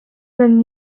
than